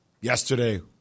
yesterday